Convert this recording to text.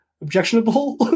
objectionable